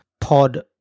pod